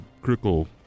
Critical